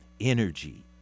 energy